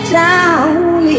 down